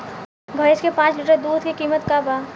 भईस के पांच लीटर दुध के कीमत का बा?